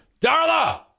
Darla